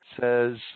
Says